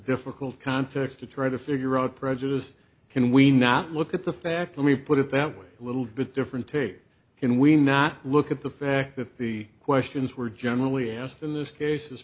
difficult context to try to figure out prejudice can we not look at the fact that we put it that way a little bit different take in we not look at the fact that the questions were generally asked in this case